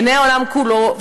עיני העולם כולו,